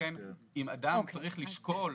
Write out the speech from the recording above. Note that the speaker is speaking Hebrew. לכן אם אדם צריך לשקול,